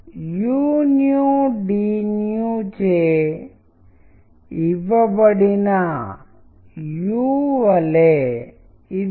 మీరు ఈ రకమైన ప్రెజెంటేషన్ చేయడానికి ముందు మీరు పరిష్కరించాల్సిన సమస్యలు ఇవి